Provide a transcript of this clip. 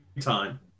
time